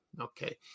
Okay